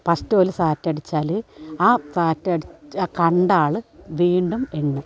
first ഓല് സാറ്റടിച്ചാൽ ആ സാറ്റടി ആ കണ്ടാൾ വീണ്ടും എണ്ണ